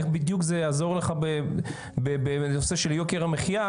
איך בדיוק זה יעזור לך בנושא של יוקר המחייה